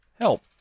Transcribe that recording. Help